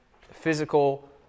physical